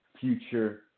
future